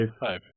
Five